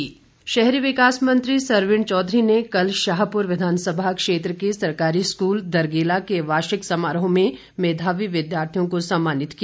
सरवीण चौधरी शहरी विकास मंत्री सरवीण चौधरी ने कल शाहपुर विधानसभा क्षेत्र के सरकारी स्कूल दरगेला के वार्षिक समारोह में मेधावी विद्यार्थियों को सम्मानित किया